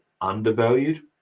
undervalued